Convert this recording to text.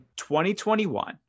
2021